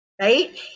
Right